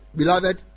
beloved